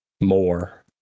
more